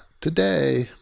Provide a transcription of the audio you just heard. today